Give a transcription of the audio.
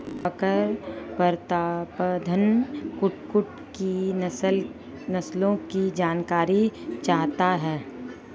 दिवाकर प्रतापधन कुक्कुट की नस्लों की जानकारी चाहता है